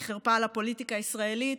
היא חרפה על הפוליטיקה הישראלית,